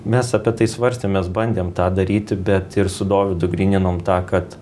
mes apie tai svarstėm mes bandėm tą daryti bet ir su dovydu gryninom tą kad